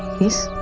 he's